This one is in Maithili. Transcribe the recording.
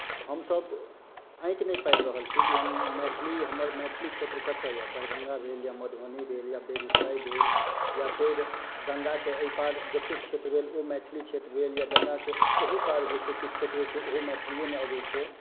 हमसभ आँकि नहि पाबि रहल छी कि हम मैथिली हमर मैथिली क्षेत्र कतय यए दरभङ्गा भेल या मधुबनी भेल या बेगूसराय भेल या फेर गङ्गाके एहिपार जतेक क्षेत्र भेल ओ मैथिली क्षेत्र भेल या गङ्गाके ओहोपार जे किछु क्षेत्र छै ओहो मैथिलीयेमे अबैत छै